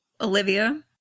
olivia